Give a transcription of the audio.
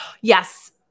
Yes